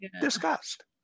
discussed